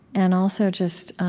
and also just,